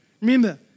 remember